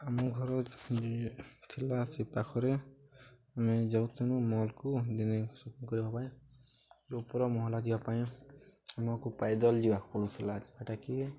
ଆମ ଘର ଯେ ଥିଲା ସେ ପାଖରେ ଆମେ ଯାଉଥିନୁ ମଲ୍କୁ ଦିନେ ସପିଂ କରିବା ପାଇଁ ଯେଉଁ ଉପର ମହଲା ଯିବା ପାଇଁ ଆମକୁ ପାଇଦଲ୍ ଯିବାକୁ ପଡ଼ୁଥିଲା ଯେଉଁଟାକି